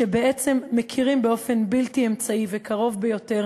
שבעצם מכירים באופן בלתי אמצעי וקרוב ביותר